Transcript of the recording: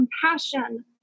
compassion